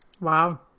Wow